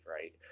right